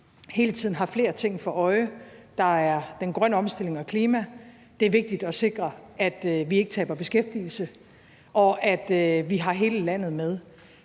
hele tiden har flere ting for øje. Der er den grønne omstilling og klimaet; det er vigtigt at sikre, at vi ikke taber beskæftigelse, og at vi har hele landet med.